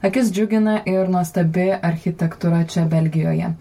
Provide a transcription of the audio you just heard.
akis džiugina ir nuostabi architektūra čia belgijoje